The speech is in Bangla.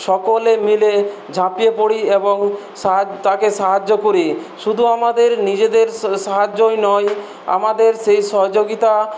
সকলে মিলে ঝাঁপিয়ে পড়ি এবং তাকে সাহায্য করি শুধু আমাদের নিজেদের সাহায্যই নয় আমাদের সেই সহযোগিতা